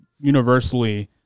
universally